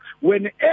whenever